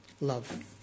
love